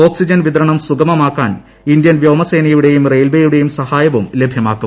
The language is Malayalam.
ഓക്സിജൻ വിതരണം സുഗമമാ ക്കാൻ ഇന്ത്യൻ വ്യോമസേനയുടെയും റെയിൽവേയുടെയും സഹാ യവും ലഭ്യമാക്കും